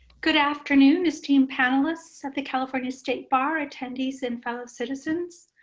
good afternoon, esteemed panelists of the california state bar attendees and fellow citizens.